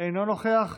אינו נוכח,